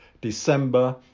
December